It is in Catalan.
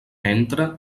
entra